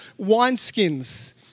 wineskins